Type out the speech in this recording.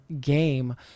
game